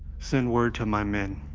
send word to my men,